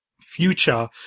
future